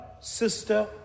sister